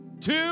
Two